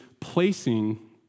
placing